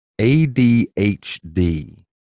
ADHD